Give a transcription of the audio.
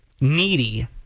needy